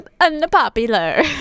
unpopular